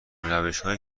روشهایی